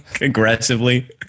aggressively